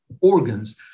organs